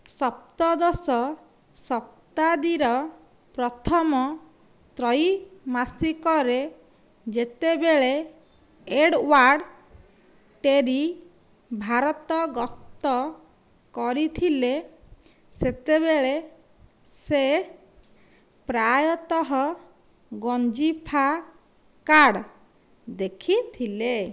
ସପ୍ତଦଶ ଶତାବ୍ଦୀର ପ୍ରଥମ ତ୍ରୈମାସିକରେ ଯେତେବେଳେ ଏଡ଼୍ୱାର୍ଡ଼୍ ଟେରି ଭାରତ ଗସ୍ତ କରିଥିଲେ ସେତେବେଳେ ସେ ପ୍ରାୟତଃ ଗଞ୍ଜିଫା କାର୍ଡ଼୍ ଦେଖିଥିଲେ